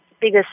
Biggest